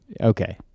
okay